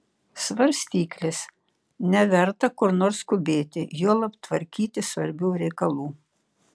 svarstyklės neverta kur nors skubėti juolab tvarkyti svarbių reikalų